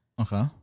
Okay